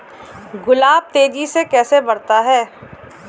गुलाब तेजी से कैसे बढ़ता है?